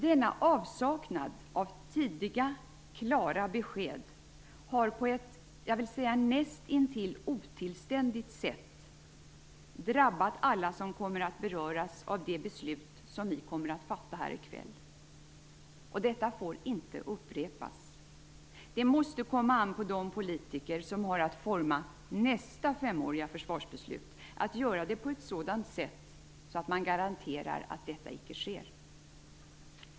Denna avsaknad av tidiga klara besked har på ett, vill jag säga, nästintill otillständigt sätt drabbat alla som kommer att beröras av det beslut som vi fattar här i kväll. Detta får inte upprepas. Det måste komma an på de politiker som har att forma nästa femåriga försvarsbeslut att det görs på ett sådant sätt att man garanterar att det icke sker.